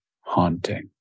haunting